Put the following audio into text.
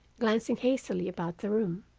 glancing hastily about the room.